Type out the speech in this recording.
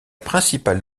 principale